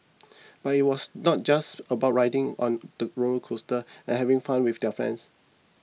but it was not just about riding on the roller coasters and having fun with their friends